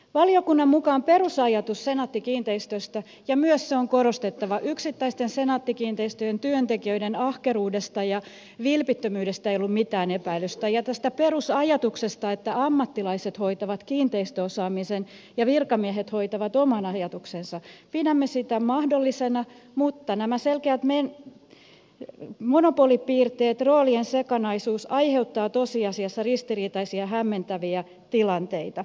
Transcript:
valiokunta pitää perusajatusta senaatti kiinteistöistä ja myös on korostettava että yksittäisten senaatti kiinteistöjen työntekijöiden ahkeruudesta ja vilpittömyydestä ei ollut mitään epäilystä ja sitä että ammattilaiset hoitavat kiinteistöosaamisen ja virkamiehet hoitavat omat ajatuksensa mahdollisena mutta nämä selkeät monopolipiirteet ja roolien sekavuus aiheuttavat tosiasiassa ristiriitaisia ja hämmentäviä tilanteita